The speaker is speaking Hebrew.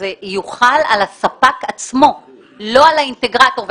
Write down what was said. שזה יוחל על הספק עצמו ולא על האינטגרטור.